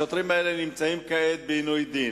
השוטרים האלה נמצאים כעת בעינוי דין.